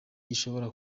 gishobora